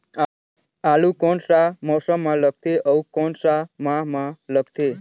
आलू कोन सा मौसम मां लगथे अउ कोन सा माह मां लगथे?